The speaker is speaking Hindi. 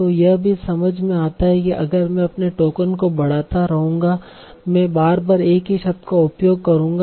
तो यह भी समझ में आता है कि अगर मैं अपने टोकन को बढ़ाता रहूंगा मैं बार बार एक ही शब्द का उपयोग करूंगा